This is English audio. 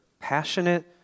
passionate